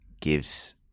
gives